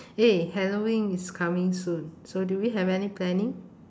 eh halloween is coming soon so do we have any planning